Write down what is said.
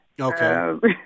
Okay